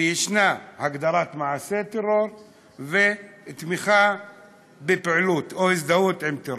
ויש הגדרת מעשה טרור ותמיכה בפעילות או הזדהות עם טרור.